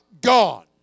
gone